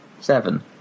Seven